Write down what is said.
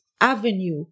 avenue